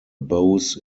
bows